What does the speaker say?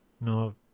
no